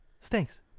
Stinks